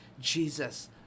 Jesus